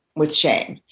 with shame.